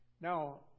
Now